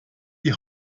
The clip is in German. die